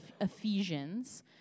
Ephesians